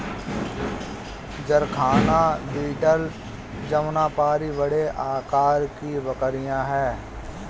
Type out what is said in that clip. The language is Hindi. जरखाना बीटल जमुनापारी बड़े आकार की बकरियाँ हैं